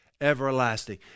everlasting